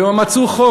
ומצאו חוק,